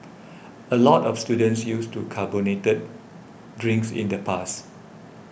a lot of students used to carbonated drinks in the past